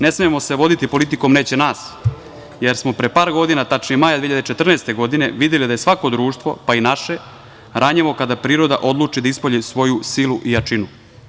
Ne smemo se voditi politikom – neće nas, jer smo pre par godina tačnije maja 2014. godine, videli da je svako društvo, pa i naše ranjivo kada priroda odluči da ispolji svoju silu i jačinu.